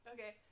Okay